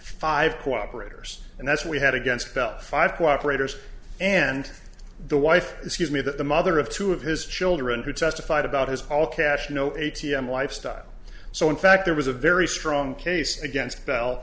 five cooperators and that's what we had against bell five cooperate hers and the wife excuse me that the mother of two of his children who testified about his all cash no a t m lifestyle so in fact there was a very strong case against bell